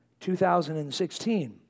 2016